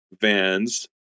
vans